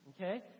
okay